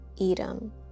Edom